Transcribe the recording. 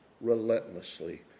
relentlessly